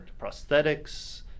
prosthetics